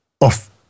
off